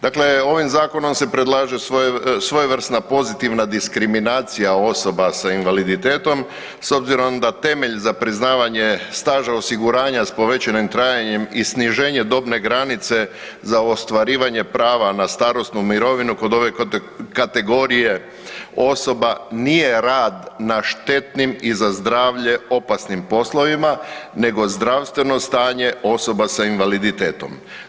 Dakle ovim zakonom se predlaže svojevrsna pozitivna diskriminacija osoba sa invaliditetom s obzirom da temelj za priznavanje staža osiguranja s povećanim trajanjem i sniženje dobne granice za ostvarivanje prava na starosnu mirovinu kod ove kategorije osoba nije rad na štetnim i za zdravlje opasnim poslovima, nego zdravstveno stanje osoba s invaliditetom.